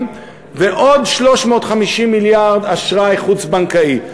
ועוד 350 מיליארד שקלים אשראי חוץ-בנקאי,